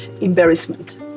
embarrassment